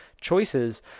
choices